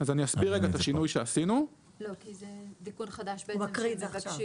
זה תיקון חדש שהם מבקשים.